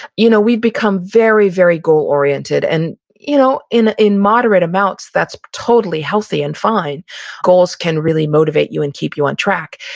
you know we've become very, very goal-oriented, and you know in moderate moderate amounts, that's totally healthy and fine goals can really motivate you and keep you on track,